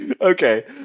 Okay